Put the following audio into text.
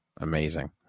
Amazing